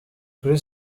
kuri